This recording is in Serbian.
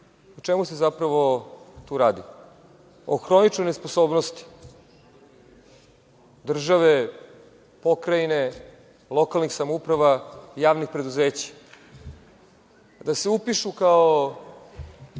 O čemu se zapravo tu radi? O hroničnoj nesposobnosti države, pokrajine, lokalnih samouprava, javnih preduzeća da se upišu kao